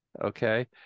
okay